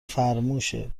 فرموشه